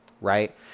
right